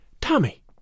Tommy